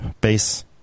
base